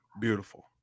beautiful